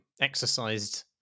exercised